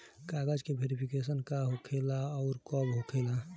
कागज के वेरिफिकेशन का हो खेला आउर कब होखेला?